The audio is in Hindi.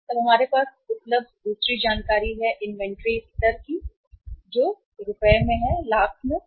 तब हमारे पास उपलब्ध दूसरी जानकारी इन्वेंट्री थी स्तर वह रुपये लाख में था